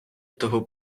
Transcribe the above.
того